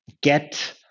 get